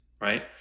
right